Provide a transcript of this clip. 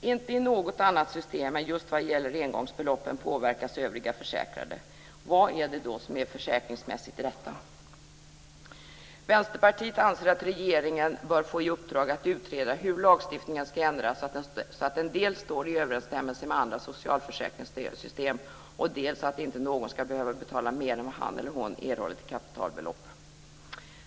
Inte i något annat system än just vad gäller engångsbeloppen påverkas övriga försäkrade. Vad är det då som är det försäkringsmässigt rätta? Vänsterpartiet anser att regeringen bör få i uppdrag att utreda hur lagstiftningen ska ändras så att den dels står i överensstämmelse med andra socialförsäkringssystem, dels så att någon inte ska behöva betala mer än vad han eller hon erhållit i kapitalbelopp.